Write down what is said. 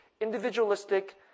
individualistic